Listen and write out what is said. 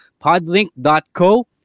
podlink.co